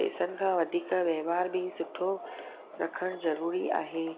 पैसनि खां वधीक वहिंवारु बि सुठो रखणु ज़रूरी आहे